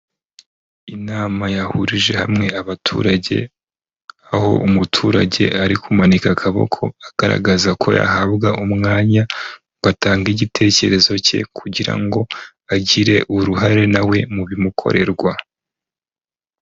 Inama yahurije hamwe abaturage, aho umuturage ari kumanika akaboko agaragaza ko yahabwa umwanya ngo atange igitekerezo cye kugira ngo agire uruhare na we mu bimukorerwa.